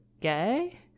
gay